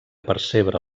percebre